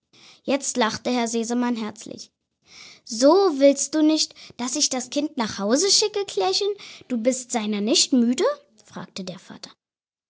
jetzt lachte herr sesemann herzlich so willst du nicht dass ich das kind nach haus schicke klärchen du bist seiner nicht müde fragte der vater